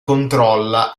controlla